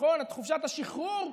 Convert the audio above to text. את חופשת השחרור,